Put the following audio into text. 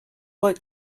like